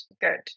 Good